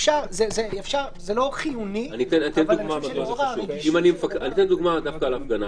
זה לא חיוני אבל אני חושב --- אני אתן דוגמה דווקא על הפגנה,